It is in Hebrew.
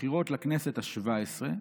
בבחירות לכנסת השבע-עשרה,